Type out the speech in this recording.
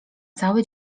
cały